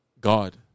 God